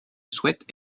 souhaite